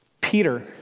Peter